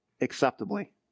acceptably